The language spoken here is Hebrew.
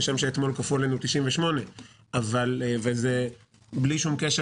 כשם שאתמול כפו עלינו 98. זה בלי שום קשר